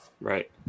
Right